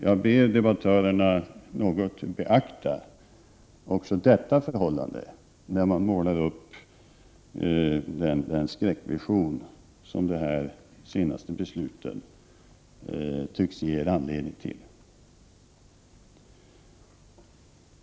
Jag ber debattörerna att något beakta också detta förhållande när de målar upp sina skräckvisioner med anledning av de senaste besluten.